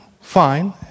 fine